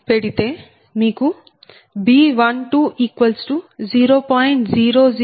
పెడితే మీకు B120